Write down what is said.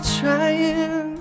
trying